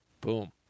Boom